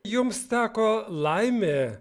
jums teko laimė